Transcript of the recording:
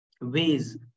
ways